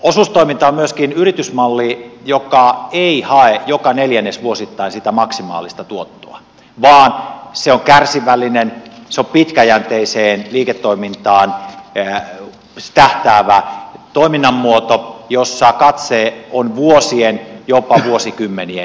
osuustoiminta on myöskin yritysmalli joka ei hae joka neljännesvuosi sitä maksimaalista tuottoa vaan se on kärsivällinen se on pitkäjänteiseen liiketoimintaan tähtäävä toiminnan muoto jossa katse on vuosien jopa vuosikymmenien päässä